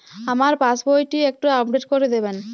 আমার পাসবই টি একটু আপডেট করে দেবেন?